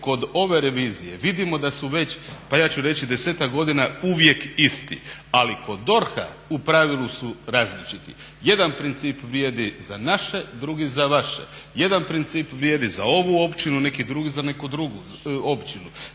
kod ove revizije vidimo da su već pa ja ću reći 10-ak godina uvijek isti, ali kod DORH-a u pravilu su različiti. Jedan princip vrijedi za naše, drugi za vaše. Jedan princip vrijedi za ovu općinu, neki drugi za neku drugu općinu.